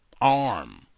arm